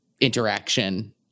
interaction